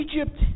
Egypt